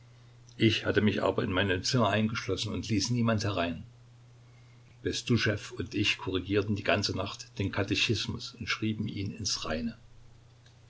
ich hatte mich aber in meinem zimmer eingeschlossen und ließ niemand herein bestuschew und ich korrigierten die ganze nacht den katechismus und schrieben ihn ins reine